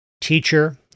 teacher